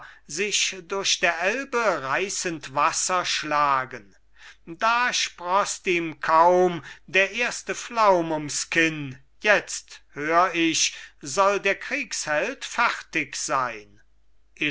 sich durch der elbe reißend wasser schlagen da sproßt ihm kaum der erste flaum ums kinn jetzt hör ich soll der kriegsheld fertig sein